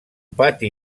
pati